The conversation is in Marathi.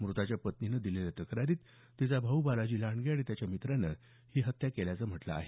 मृताच्या पत्नीने पोलिसांना दिलेल्या तक्रारीत तिचा भाऊ बालाजी लांडगे आणि त्याच्या एका मित्रानं ही हत्या केल्याचं म्हटलं आहे